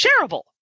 shareable